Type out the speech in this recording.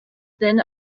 then